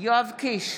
יואב קיש,